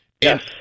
Yes